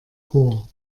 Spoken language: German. chor